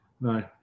No